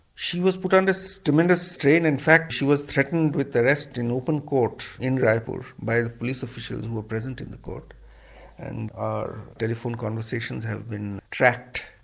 she was put under so tremendous strain, in fact she was threatened with arrest in open court in raipur by police officials who were present in the court and our telephone conversations have been tracked.